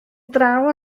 draw